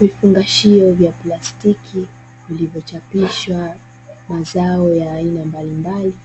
Vifungashio vya plastiki vilivyochapishwa mazao ya aina mbalimbali,